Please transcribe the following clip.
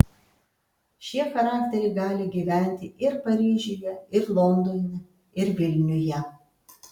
šie charakteriai gali gyventi ir paryžiuje ir londone ir vilniuje